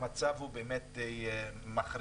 המצב הוא באמת מחריד.